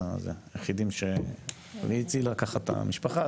והיא הצילה ככה את המשפחה,